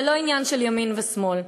זה לא עניין של ימין ושמאל,